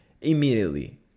Immediately